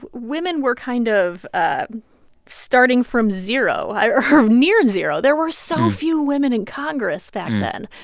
but women were kind of ah starting from zero or near zero. there were so few women in congress back then.